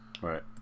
right